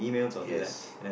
yes